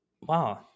Wow